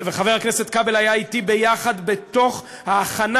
וחבר הכנסת כבל היה אתי ביחד בתוך ההכנה,